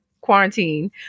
quarantine